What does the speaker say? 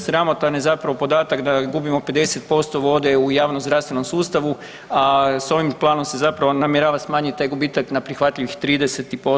Sramotan je zapravo podatak da gubimo 50% vode u javnozdravstvenom sustavu, a s ovim planom se zapravo namjerava smanjit taj gubitak na prihvatljivih 30%